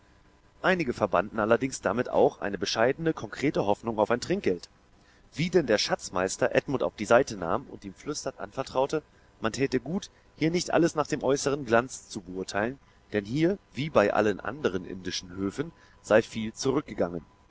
einige verbanden allerdings damit auch eine bescheidene konkrete hoffnung auf ein trinkgeld wie denn der schatzmeister edmund auf die seite nahm und ihm flüsternd anvertraute man täte gut hier nicht alles nach dem äußeren glanz zu beurteilen denn hier wie bei allen anderen indischen höfen sei viel zurückgegangen